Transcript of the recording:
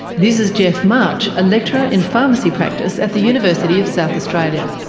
this is geoff march, a lecturer in pharmacy practice at the university of south australia.